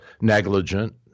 negligent